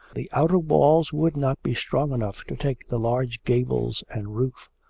the outer walls would not be strong enough to take the large gables and roof.